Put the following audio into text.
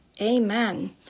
amen